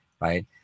right